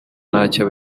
ntacyo